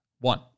One